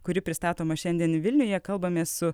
kuri pristatoma šiandien vilniuje kalbamės su